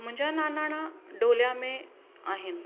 मुंहिंजा नानाणा डोलिया में आहिनि